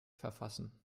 verfassen